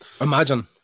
Imagine